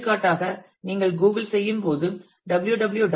எடுத்துக்காட்டாக நீங்கள் கூகிள் செய்யும் போது www